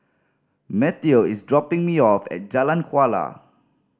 Mateo is dropping me off at Jalan Kuala